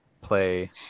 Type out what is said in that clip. play